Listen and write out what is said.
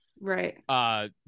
Right